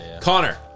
Connor